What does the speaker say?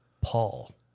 Paul